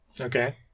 Okay